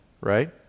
right